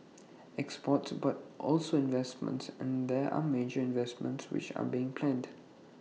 exports but also investments and there are major investments which are being planned